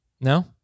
No